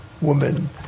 woman